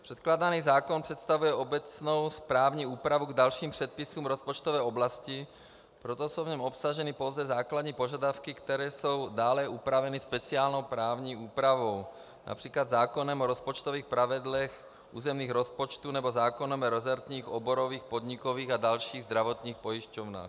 Předkládaný zákon představuje obecnou právní úpravu k dalším předpisům v rozpočtové oblasti, proto jsou v něm obsaženy pouze základní požadavky, které jsou dále upraveny speciální právní úpravou, například zákonem o rozpočtových pravidlech územních rozpočtů nebo zákonem o resortních, oborových, podnikových a dalších zdravotních pojišťovnách.